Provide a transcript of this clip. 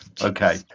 Okay